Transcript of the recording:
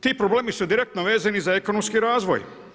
Ti problemi su direktno vezani za ekonomski razvoj.